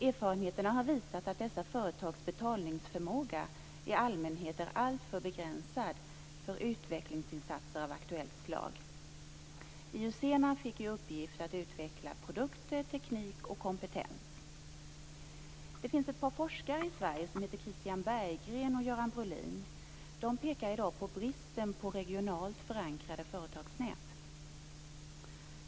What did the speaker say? Erfarenheterna har visat att dessa företags betalningsförmåga i allmänhet är alltför begränsad för utvecklingsinsatser av aktuellt slag." IUC fick i uppgift att utveckla produkter, teknik och kompetens. Det finns ett par forskare i Sverige som heter Christian Berggren och Göran Brulin. De pekar i dag på bristen på regionalt förankrade företagsnät.